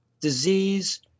disease